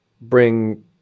bring